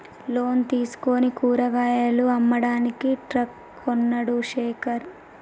loan తీసుకుని కూరగాయలు అమ్మడానికి ట్రక్ కొన్నడు శేఖర్